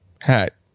hat